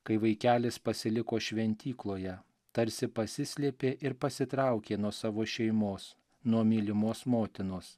kai vaikelis pasiliko šventykloje tarsi pasislėpė ir pasitraukė nuo savo šeimos nuo mylimos motinos